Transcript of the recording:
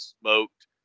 smoked